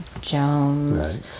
Jones